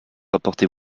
apportez